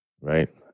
right